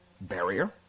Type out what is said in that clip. Barrier